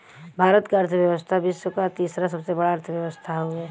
भारत क अर्थव्यवस्था विश्व क तीसरा सबसे बड़ा अर्थव्यवस्था हउवे